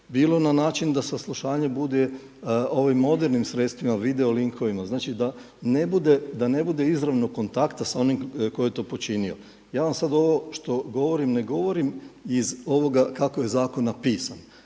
bilo na način da saslušanje bude ovim modernim sredstvima, video linkovima, znači da ne bude izravnog kontakta sa onim tko je to počinio. Ja vam sada ovo što govorim ne govorim iz ovoga kako je zakon napisan